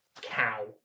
cow